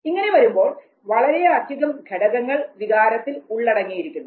ഇങ്ങനെ വരുമ്പോൾ വളരെ അധികം ഘടകങ്ങൾ വികാരത്തിൽ ഉള്ളടങ്ങിയിരിക്കുന്നു